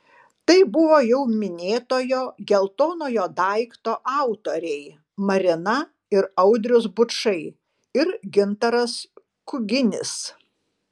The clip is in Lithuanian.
tai buvo jau minėtojo geltonojo daikto autoriai marina ir audrius bučai ir gintaras kuginis